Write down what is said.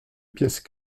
pièces